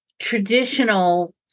traditional